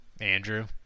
Andrew